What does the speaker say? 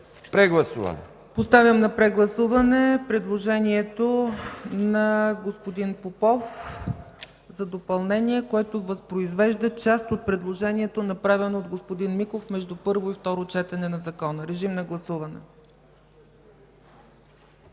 ЦЕЦКА ЦАЧЕВА: Поставям на прегласуване предложението на господин Попов за допълнение, което възпроизвежда част от предложението направено от господин Миков между първо и второ четене на закона. Гласували